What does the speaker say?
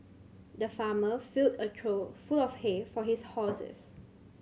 the farmer filled a trough full of hay for his horses